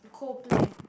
Coldplay